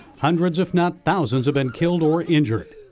hundreds of not thousands have been killed or injured.